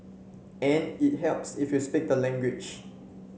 and it helps if you speak the language